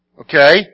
okay